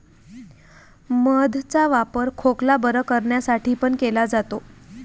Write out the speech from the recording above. मध चा वापर खोकला बरं करण्यासाठी पण केला जातो